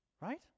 right